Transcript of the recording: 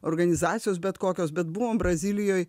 organizacijos bet kokios bet buvom brazilijoj